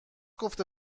گفته